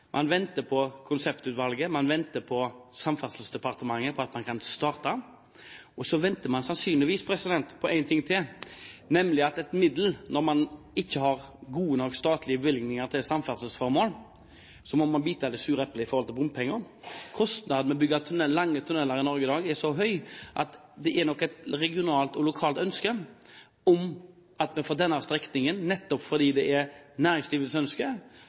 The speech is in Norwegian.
Man venter på Konseptutvalget, man venter på Samferdselsdepartementet, slik at man kan starte. Og så venter man sannsynligvis på én ting til, nemlig et virkemiddel når man ikke har gode nok statlige bevilgninger til samferdselsformål – da må man bite i det sure eplet i forhold til bompenger. Kostnadene med å bygge lange tunneler i Norge i dag er så høye at det er et regionalt og lokalt ønske å starte forhåndsinnkreving av bompenger på strekningen – det er næringslivets ønske